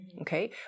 okay